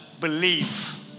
believe